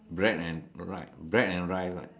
bread and right bread and rice right